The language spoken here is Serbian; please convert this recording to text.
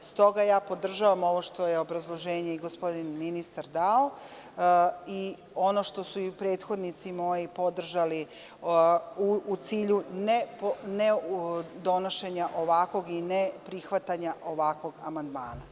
Zbog toga podržavam ovo obrazloženje koje je ministar dao i ono što su moji prethodnici podržali u cilju ne donošenja ovakvog i ne prihvatanja ovakvog amandmana.